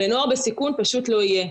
ולנוער בסיכון פשוט לא יהיה.